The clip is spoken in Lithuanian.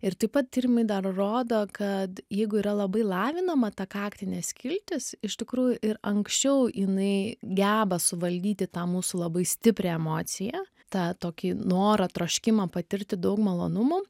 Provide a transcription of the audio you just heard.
ir taip pat tyrimai dar rodo kad jeigu yra labai lavinama ta kaktinė skiltis iš tikrųjų ir anksčiau jinai geba suvaldyti tą mūsų labai stiprią emociją tą tokį norą troškimą patirti daug malonumų